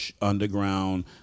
underground